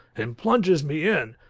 and plunges me in.